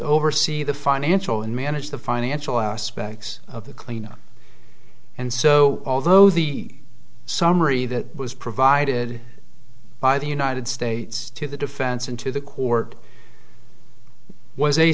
oversee the financial and manage the financial aspects of the cleanup and so although the summary that was provided by the united states to the defense and to the court was a